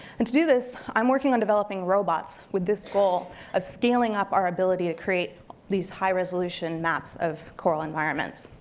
and to do this, i'm working on developing robots with this goal of ah scaling up our ability to create these high resolution maps of coral environments.